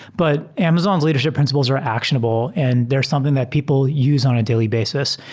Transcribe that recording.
but amazon's leadership principles are actionable and there's something that people use on a daily basis.